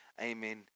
amen